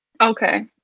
Okay